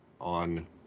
on